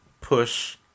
Push